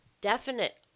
definite